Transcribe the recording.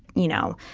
you know,